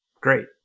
great